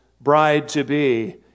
bride-to-be